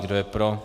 Kdo je pro?